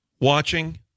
watching